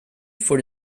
for